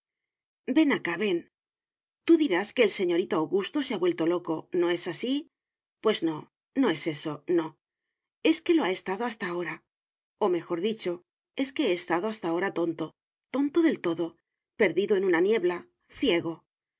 ven acá ven tú dirás que el señorito augusto se ha vuelto loco no es así pues no no es eso no es que lo ha estado hasta ahora o mejor dicho es que he estado hasta ahora tonto tonto del todo perdido en una niebla ciego